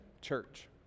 church